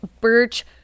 Birch